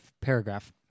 paragraph